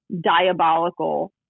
diabolical